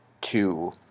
two